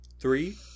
Three